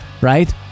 right